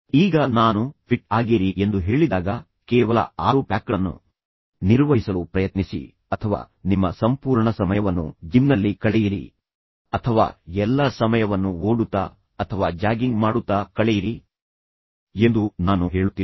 ಈಗ ನಾನು ಫಿಟ್ ಆಗಿರಿ ಎಂದು ಹೇಳಿದಾಗ ಕೇವಲ ಆರು ಪ್ಯಾಕ್ಗಳನ್ನು ನಿರ್ವಹಿಸಲು ಪ್ರಯತ್ನಿಸಿ ಅಥವಾ ನಿಮ್ಮ ಸಂಪೂರ್ಣ ಸಮಯವನ್ನು ಜಿಮ್ನಲ್ಲಿ ಕಳೆಯಿರಿ ಅಥವಾ ಎಲ್ಲಾ ಸಮಯವನ್ನು ಓಡುತ್ತಾ ಅಥವಾ ಜಾಗಿಂಗ್ ಮಾಡುತ್ತಾ ಕಳೆಯಿರಿ ಎಂದು ನಾನು ಹೇಳುತ್ತಿಲ್ಲ